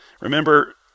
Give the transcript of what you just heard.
Remember